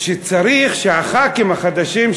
שצריך שהח"כים החדשים,